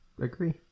agree